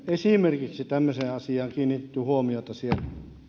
esimerkiksi tämmöiseen asiaan kiinnitetty huomiota